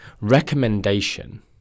recommendation